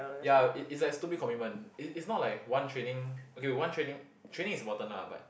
ya is is like stupid commitment is is not like one training okay one training training is important lah but